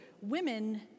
women